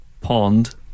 Pond